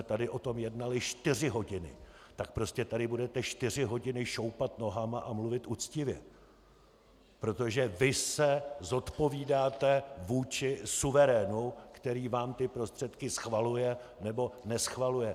Kdybychom tady o tom jednali čtyři hodiny, tak prostě tady budete čtyři hodiny šoupat nohama a mluvit uctivě, protože vy se zodpovídáte vůči suverénu, který vám ty prostředky schvaluje, nebo neschvaluje!